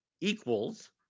equals